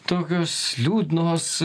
tokios liūdnos